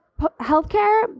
healthcare